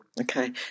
Okay